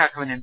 Raghavan M